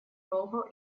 того